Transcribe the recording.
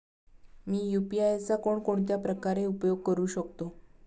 मी UPI चा कोणकोणत्या प्रकारे उपयोग करू शकतो?